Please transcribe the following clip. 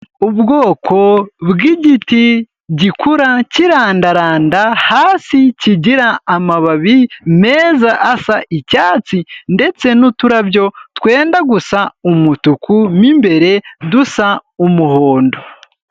Ubwoko bw'igiti gikura kirandaranda hasi, kigira amababi meza asa icyatsi ndetse n'uturabyo twenda gusa umutuku mu imbere dusa umuhondo.